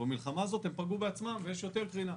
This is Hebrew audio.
ובמלחמה הזאת הם פגעו בעצמם ויש יותר קרינה.